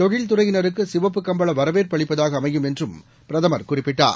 தொழில் துறையினருக்கு சிவப்புக் கம்பள வரவேற்பு அளிப்பதாக அமையும் என்றும் பிரதமர் குறிப்பிட்டார்